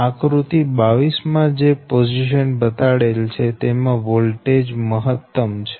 આકૃતિ 22 માં જે પોઝિશન બતાડેલ છે તેમાં વોલ્ટેજ મહત્તમ છે